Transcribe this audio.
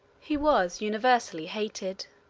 he was universally hated.